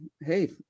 hey